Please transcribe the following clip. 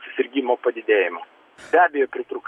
susirgimo padidėjimo be abejo pritrūks